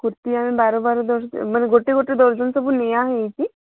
କୁର୍ତ୍ତୀ ଆମେ ବାର ବାର ଡଜନ ମାନେ ଗୋଟେ ଗୋଟେ ଡଜନ ସବୁ ନିଆହୋଇଛି